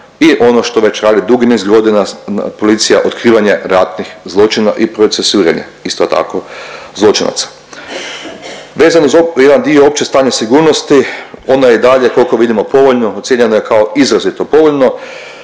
i ono što već radi dugi niz godina policija, otkrivanje ratnih zločina i procesuiranje isto tako zločinaca. Vezano uz jedan dio opće stanje sigurnosti ono je i dalje koliko vidimo povoljno. Ocijenjeno je kao izrazito povoljno,